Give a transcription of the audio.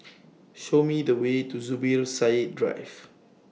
Show Me The Way to Zubir Said Drive